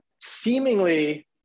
seemingly